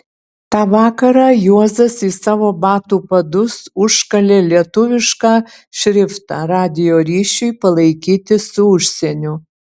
tą vakarą juozas į savo batų padus užkalė lietuvišką šriftą radijo ryšiui palaikyti su užsieniu